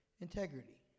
Integrity